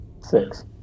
Six